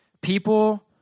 people